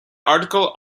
article